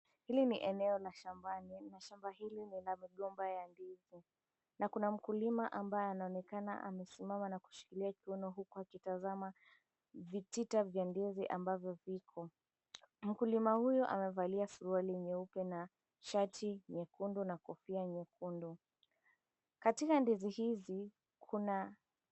Hili ni eneo la shambani na shamba hili ni la migomba ya ndizi na kuna mkulima ambaye anaonekana amesimama na kushikilia kiuno huku akitazama vitita vya ndizi ambavyo viko. Mkulima huyu amevalia suruali nyeupe na shati nyekundu na kofia nyekundu. Katika ndizi hizi kuna...